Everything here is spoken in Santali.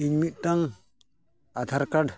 ᱤᱧ ᱢᱤᱫᱴᱟᱝ ᱟᱫᱷᱟᱨ ᱠᱟᱨᱰ